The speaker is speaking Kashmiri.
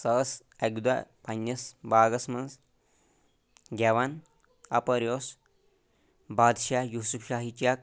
سۄ ٲس اکہِ دۄہ پَننِس باغس منٛز گٮ۪وان اپٲرۍ اوس بادشاہ یوسف شاہی چَک